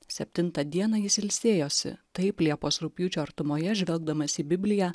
septintą dieną jis ilsėjosi taip liepos rugpjūčio artumoje žvelgdamas į bibliją